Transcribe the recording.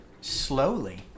slowly